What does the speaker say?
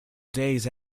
days